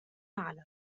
على